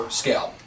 scale